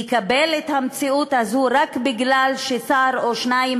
יקבל את המציאות הזאת רק כי שר או שניים